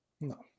No